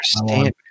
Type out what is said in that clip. understand